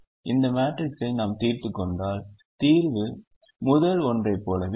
இந்த மேட்ரிக்ஸை நாம் தீர்த்துக் கொண்டால் தீர்வு முதல் ஒன்றைப் போலவே இருக்கும்